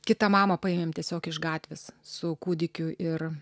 kitą mamą paėmėm tiesiog iš gatvės su kūdikiu ir